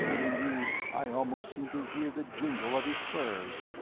indeed i almost seemed to hear the jingle of his spurs.